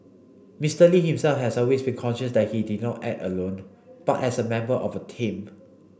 Mister Lee himself has always conscious that he did not act alone but as a member of a team